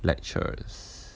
lectures